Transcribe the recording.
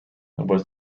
was